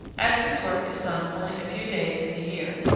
as this work is done only a few days in the year,